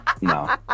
No